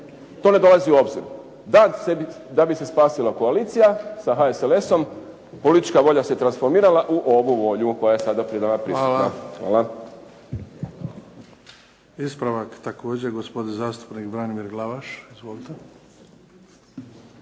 to ne dolazi u obzir. Da bi se spasila koalicija sa HSLS-om politička volja se transformirala u ovu volju koja je sada pred nama prisutna. Hvala. **Bebić, Luka (HDZ)** Hvala. Ispravak također, gospodin zastupnik Branimir Glavaš. Izvolite.